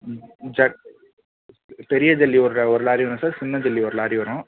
ம் ம் சார் பெரிய ஜல்லி ஒரு ஒரு லாரி வரும் சார் சின்ன ஜல்லி ஒரு லாரி வரும்